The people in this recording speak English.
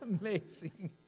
amazing